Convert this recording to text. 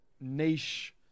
niche